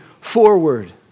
forward